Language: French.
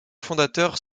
fondateurs